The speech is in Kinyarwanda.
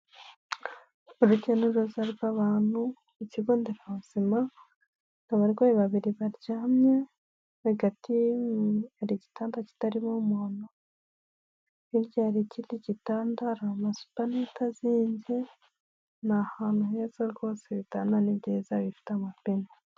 Urujya n'uruza rw'abantu ikigo nderabuzima, abarwayi babiri baryamye hagati hari igitanda kitarimo umuntu, hirya hari ikindi gitanda, hari ama supernet azinze. Ni ahantu heza rwose ibitanda ni byiza bifite amapine.